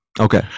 Okay